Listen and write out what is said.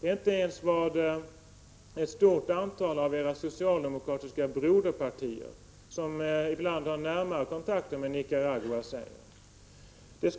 Det är inte ens vad ett stort antal av era socialdemokratiska broderpartier säger — som ibland har närmare kontakter med Nicaragua än ni tycks ha.